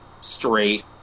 Straight